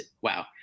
wow